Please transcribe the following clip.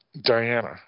diana